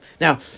Now